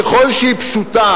ככל שהיא פשוטה,